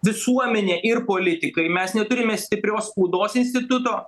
visuomenė ir politikai mes neturime stiprios spaudos instituto